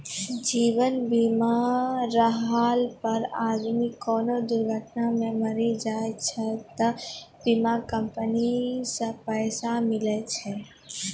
जीवन बीमा रहला पर आदमी कोनो दुर्घटना मे मरी जाय छै त बीमा कम्पनी से पैसा मिले छै